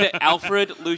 Alfred